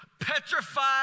petrified